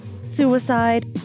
suicide